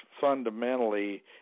fundamentally